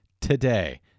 today